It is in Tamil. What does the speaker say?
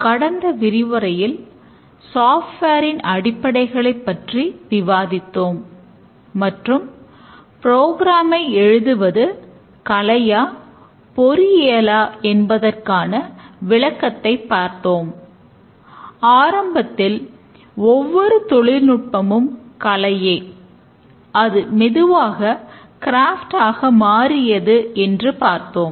கடந்த விரிவுரையில் சாஃப்ட்வேர் ஆக மாறியது என்று பார்த்தோம்